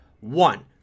one